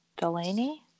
Delaney